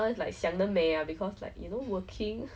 something that I also won't go and like chase this kind of like